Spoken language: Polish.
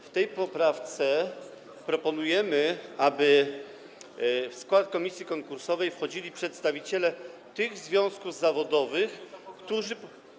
W tej poprawce proponujemy, aby w skład komisji konkursowej wchodzili przedstawiciele tych związków zawodowych, którzy.